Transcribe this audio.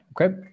okay